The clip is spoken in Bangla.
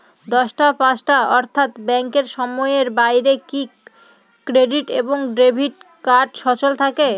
দশটা পাঁচটা অর্থ্যাত ব্যাংকের সময়ের বাইরে কি ক্রেডিট এবং ডেবিট কার্ড সচল থাকে?